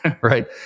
right